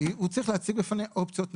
צריך להציג בפניה אופציות נוספות.